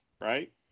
right